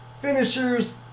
finishers